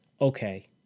okay